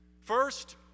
First